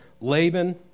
Laban